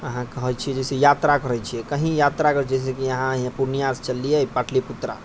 अहाँ करै छियै जैसे यात्रा करै छियै कहीँ यात्रा करै छियै जैसे अहाँ पूर्णियाँसँ चललियै पाटलिपुत्रा